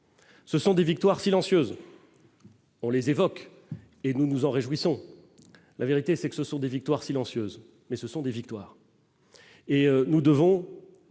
Ce sont des victoires silencieuse, on les évoque, et nous nous en réjouissons, la vérité c'est que ce sont des victoires silencieuse mais ce sont des victoires, et nous devons